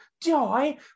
Die